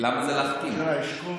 ראש הממשלה אשכול,